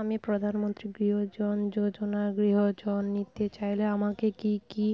আমি প্রধানমন্ত্রী গৃহ ঋণ যোজনায় গৃহ ঋণ নিতে চাই আমাকে কি কি